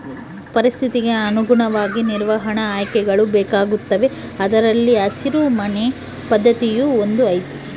ಪರಿಸ್ಥಿತಿಗೆ ಅನುಗುಣವಾಗಿ ನಿರ್ವಹಣಾ ಆಯ್ಕೆಗಳು ಬೇಕಾಗುತ್ತವೆ ಅದರಲ್ಲಿ ಹಸಿರು ಮನೆ ಪದ್ಧತಿಯೂ ಒಂದು ಐತಿ